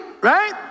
right